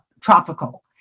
tropical